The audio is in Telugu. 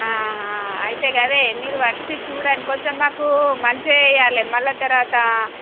ఆహ అయితే కదే మీరు వచ్చి చూడండి కొంచెం మాకు మంచిగా చెయ్యాలి మళ్ళీ తర్వాత